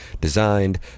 designed